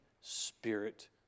spirit